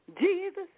Jesus